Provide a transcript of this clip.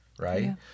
right